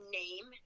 name